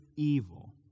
evil